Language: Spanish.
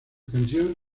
canción